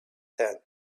them